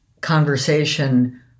conversation